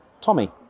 Tommy